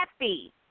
happy